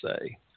say